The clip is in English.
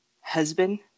husband